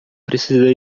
precisa